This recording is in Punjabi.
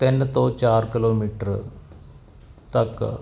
ਤਿੰਨ ਤੋਂ ਚਾਰ ਕਿਲੋਮੀਟਰ ਤੱਕ